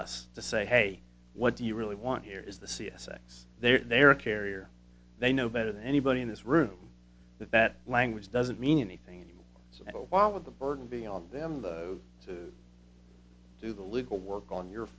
us to say hey what do you really want here is the c s x they're a carrier they know better than anybody in this room the bat language doesn't mean anything anymore so why would the burden be on them though to do the legal work on your